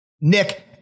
Nick